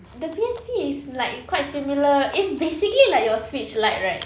the P_S_P is like quite similar it's basically like your Switch Lite right